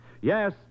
Yes